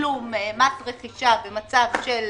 לתשלום מס רכישה במצב של